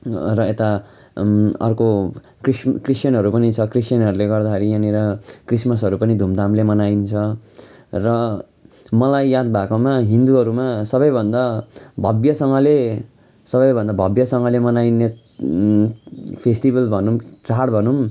र यता अर्को क्रिसुम क्रिस्चियनहरू पनि छ क्रिस्चियनहरूले गर्दाखेरि यहाँनिर क्रिसमसहरू पनि धुमधामले मनाइन्छ र मलाई याद भएकोमा हिन्दूहरूमा सबैभन्दा भव्यसँगले सबैभन्दा भव्यसँगले मनाइने फेस्टिभल भनौँ चाड भनौँ